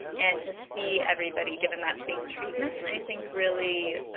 and to see everybody given that same treatment i think really